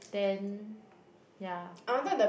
then ya